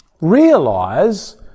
realize